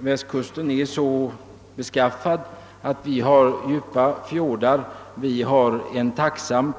Västkusten är så beskaffad att den har djupa fjordar. Den är tacksam